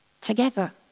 Together